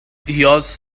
yours